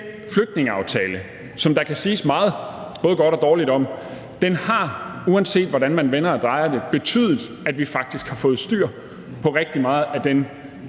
flygtningeaftale, som der kan siges meget både godt og dårligt om, har betydet – uanset hvordan man vender og drejer det – at vi faktisk har fået styr på rigtig meget af den